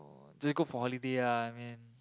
they go for holiday ah I mean